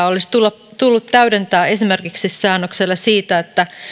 olisi tullut täydentää esimerkiksi säännöksellä siitä että